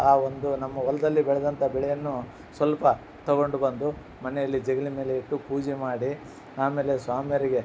ಆ ಒಂದು ನಮ್ಮ ಹೊಲದಲ್ಲಿ ಬೆಳೆದಂಥ ಬೆಳೆಯನ್ನು ಸ್ವಲ್ಪ ತಗೊಂಡುಬಂದು ಮನೇಲಿ ಜಗಲಿ ಮೇಲೆ ಇಟ್ಟು ಪೂಜೆ ಮಾಡಿ ಆಮೇಲೆ ಸ್ವಾಮಿಯರಿಗೆ